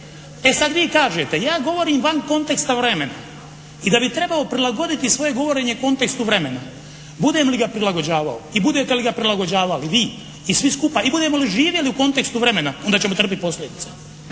E sad vi kažete ja govorim van konteksta vremena i da bih trebao prilagoditi svoje govorenje kontekstu vremena. Budem li ga prilagođavao i budete li ga prilagođavali vi i svi skupa i budemo li živjeli u kontekstu vremena onda ćemo trpiti posljedice.